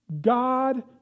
God